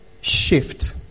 shift